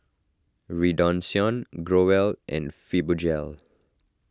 Redoxon Growell and Fibogel